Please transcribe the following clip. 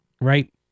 right